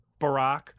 Barack